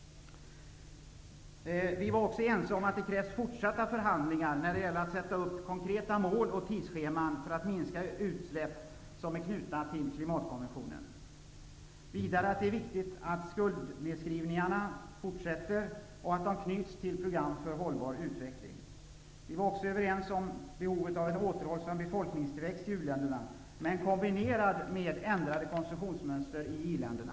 Vi var också ense om att det krävs fortsatta förhandlingar när det gäller att sätta upp konkreta mål och tidsscheman för att minska utsläpp som är knutna till klimatkonventionen. i var också överens om att det är viktigt att skuldnedskrivningarna fortsätter och att dessa knyts till program för hållbar utveckling. Vidare var vi överens om behovet av en återhållsam befolkningstillväxt i u-länderna, kombinerad med ändrade konsumtionsmönster i i-länderna.